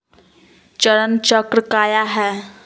चरण चक्र काया है?